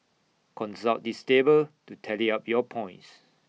consult this table to tally up your points